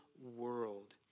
world